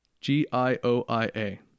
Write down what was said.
G-I-O-I-A